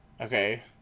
Okay